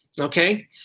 Okay